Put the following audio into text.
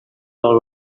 all